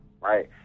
right